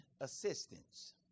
assistance